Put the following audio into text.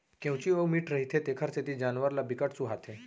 केंवची अउ मीठ रहिथे तेखर सेती जानवर ल बिकट सुहाथे